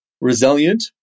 resilient